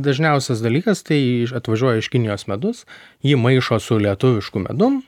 dažniausias dalykas tai atvažiuoja iš kinijos medus jį maišo su lietuvišku medum